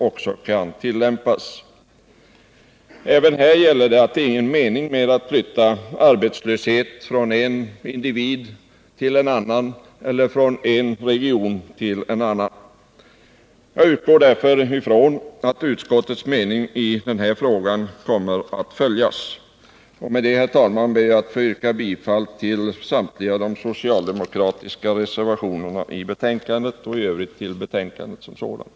Även i det här avseendet gäller att det inte är någon mening med att flytta arbetslöshet från en individ till en annan eller från en region till en annan. Jag utgår därför från att utskottets mening i denna fråga kommer att följas. Med det, herr talman, ber jag att få yrka bifall till samtliga socialdemokratiska reservationer som fogats vid betänkandet och i övrigt till vad utskottet hemställt.